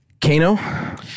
Kano